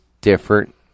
different